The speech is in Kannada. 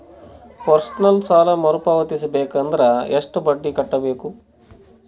ಪರ್ಸನಲ್ ಸಾಲ ಮರು ಪಾವತಿಸಬೇಕಂದರ ಎಷ್ಟ ಬಡ್ಡಿ ಕಟ್ಟಬೇಕು?